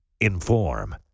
Inform